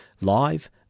live